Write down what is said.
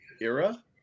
era